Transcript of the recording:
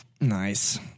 nice